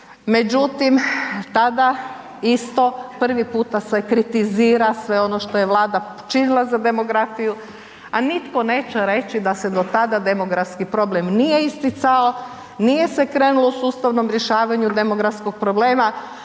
međutim tada isto prvi puta se kritizira sve ono što je Vlada učinila za demografiju a nitko neće reći da se do tada demografski problem nije isticao, nije se krenulo u sustavnom rješavanju demografskog problema